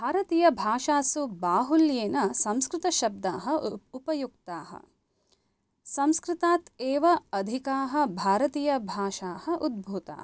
भारतीयभाषासु बाहुल्येन संस्कृतशब्दाः उ उपयुक्ताः संस्कृतात् एव अधिकाः भारतीयभाषाः उद्भूताः